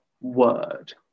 word